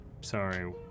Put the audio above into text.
sorry